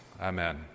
amen